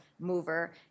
mover